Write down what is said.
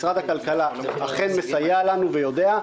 משרד הכלכלה אכן מסייע לנו ויודע,